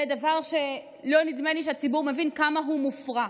זה דבר שנדמה לי שהציבור לא מבין כמה הוא מופרע.